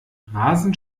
rasend